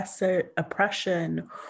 oppression